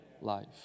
life